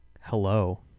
hello